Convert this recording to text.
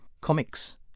comics